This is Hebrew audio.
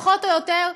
פחות או יותר,